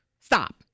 stop